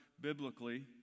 biblically